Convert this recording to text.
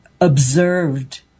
observed